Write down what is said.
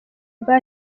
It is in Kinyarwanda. but